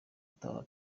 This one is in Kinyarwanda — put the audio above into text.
utaha